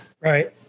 Right